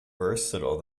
versatile